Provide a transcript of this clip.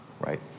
Right